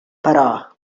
però